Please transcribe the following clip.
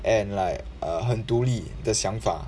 and like err 很独立的想法